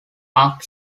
arc